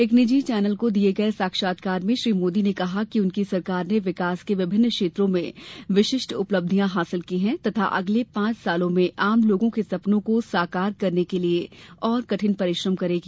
एक निजी television channel को दिये गये साक्षात्कार में श्री मोदी ने कहा कि उनकी सरकार ने विकास के विभिन्न क्षेत्रों में विशिष्ट उपलब्धियां हासिल की है तथा अगले पांच वर्षो में आम लोगों के सपनों को साकार करने के लिए और कठिन परिश्रम करेगी